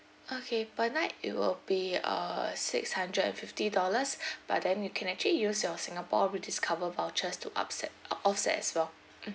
okay per night it will be uh six hundred and fifty dollars but then you can actually use your singapore rediscover vouchers to upset uh offset as well mm